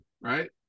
right